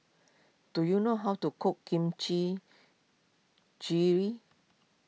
do you know how to cook Kimchi